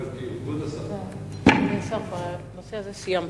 כבוד השר, כבוד השר, בנושא הזה סיימת.